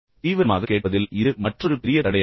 எனவே செயலில் கேட்பதில் இது மற்றொரு பெரிய தடையாகும்